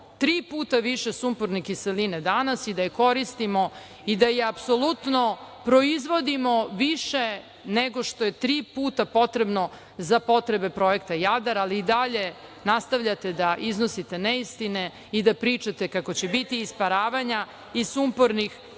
tri puta više sumporne kiseline danas i da je koristimo i da je apsolutno proizvodimo više nego što je tri puta potrebno za potrebe projekta „Jadar“, ali i dalje nastavljate da iznosite neistine i da pričate kako će biti isparavanja i sumpornih